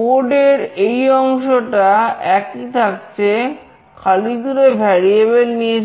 code এর এই অংশটা একই থাকছে খালি দুটো ভ্যারিয়েবেল টির